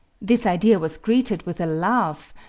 this idea was greeted with a laugh,